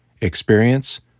experience